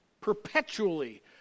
perpetually